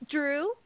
Drew